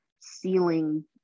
ceiling